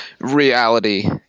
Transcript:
reality